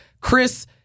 Chris